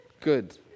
Good